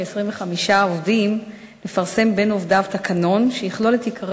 מ-25 עובדים לפרסם בין עובדיו תקנון שיכלול את עיקרי